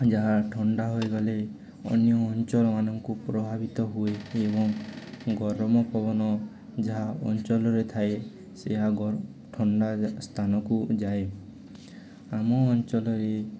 ଯାହା ଥଣ୍ଡା ହୋଇଗଲେ ଅନ୍ୟ ଅଞ୍ଚଳମାନଙ୍କୁ ପ୍ରଭାବିତ ହୁଏ ଏବଂ ଗରମ ପବନ ଯାହା ଅଞ୍ଚଲରେ ଥାଏ ସେ ଥଣ୍ଡା ସ୍ଥାନକୁ ଯାଏ ଆମ ଅଞ୍ଚଲରେ